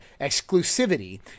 Exclusivity